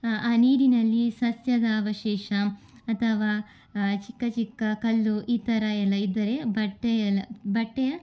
ಆ ನೀರಿನಲ್ಲಿ ಸಸ್ಯದ ಅವಶೇಷ ಅಥವಾ ಚಿಕ್ಕ ಚಿಕ್ಕ ಕಲ್ಲು ಈ ಥರ ಎಲ್ಲಾ ಇದ್ದರೆ ಬಟ್ಟೆಯಲ್ಲಿ ಬಟ್ಟೆಯ